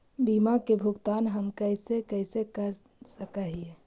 बीमा के भुगतान हम कैसे कैसे कर सक हिय?